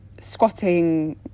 squatting